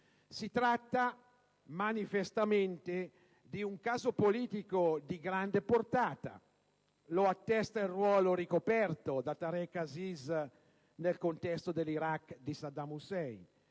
Si tratta manifestamente di un caso politico di grande portata: lo attesta il ruolo ricoperto da Tareq Aziz nel contesto dell'Iraq di Saddam Hussein